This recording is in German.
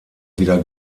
wieder